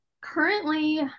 currently